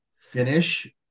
finish